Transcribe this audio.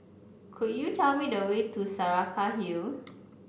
could you tell me the way to Saraca Hill